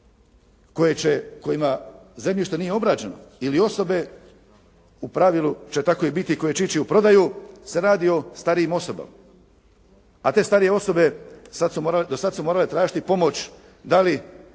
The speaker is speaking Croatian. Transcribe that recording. kojima zemljište nije obrađeno ili osobe u pravilu će tako i biti koje će ići u prodaju se radi o starijim osobama. A te starije osobe do sada su morale tražiti pomoć